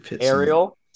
Ariel